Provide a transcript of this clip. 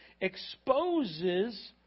exposes